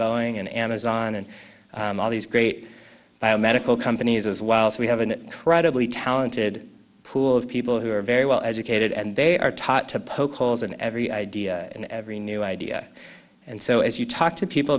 boeing and amazon and all these great biomedical companies as well so we have an incredibly talented pool of people who are very well educated and they are taught to poke holes in every idea in every new idea and so as you talk to people